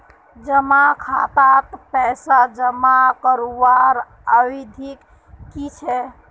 जमा खातात पैसा जमा करवार अवधि की छे?